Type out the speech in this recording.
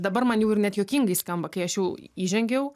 dabar man jau ir net juokingai skamba kai aš jau įžengiau